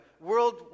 World